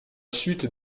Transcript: suite